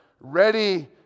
ready